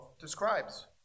describes